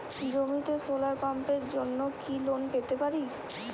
জমিতে সোলার পাম্পের জন্য কি লোন পেতে পারি?